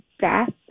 death